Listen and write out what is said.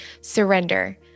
Surrender